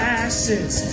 ashes